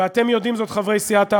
ואתם יודעים זאת, חברי סיעת העבודה,